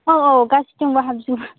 औ औ गासिबजोंबो हाबजोबो